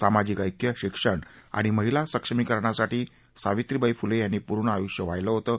सामाजिक ऐक्य शिक्षण आणि महिला सक्षमीकरणासाठी सावित्रीबाई फुले यांनी पूर्ण आयुष्य वाहिलं होतं